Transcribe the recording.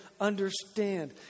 understand